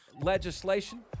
legislation